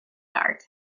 dark